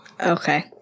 Okay